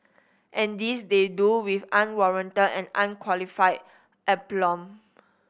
and this they do with unwarranted and unqualified aplomb